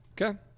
Okay